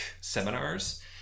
seminars